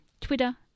Twitter